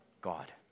God